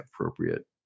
appropriate